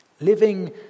Living